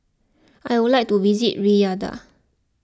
I would like to visit Riyadh